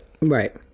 right